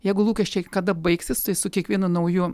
jeigu lūkesčiai kada baigsis tai su kiekvienu nauju